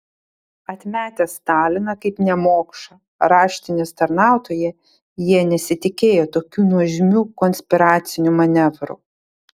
atmetę staliną kaip nemokšą raštinės tarnautoją jie nesitikėjo tokių nuožmių konspiracinių manevrų